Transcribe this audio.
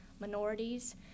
minorities